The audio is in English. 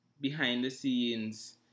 behind-the-scenes